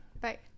Bye